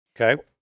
Okay